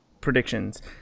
predictions